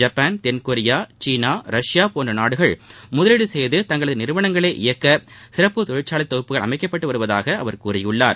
Japan தென்கொரியா சீனா Russia போன்ற நாடுகள் முதலீடு செய்து தங்களது நிறுவனங்களை இயக்க சிறப்பு தொழிற்சாலை தொகுப்புகள் அமைக்கப்பட்டு வருவதாக கூறியுள்ளார்